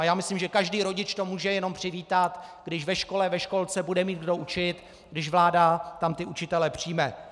Já myslím, že každý rodič to může jenom přivítat, když ve škole, ve školce bude mít kdo učit, když tam vláda učitele přijme.